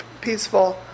peaceful